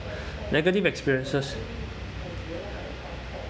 negative experiences